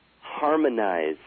harmonize